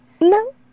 No